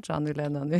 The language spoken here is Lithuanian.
džonui lenonui